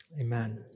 amen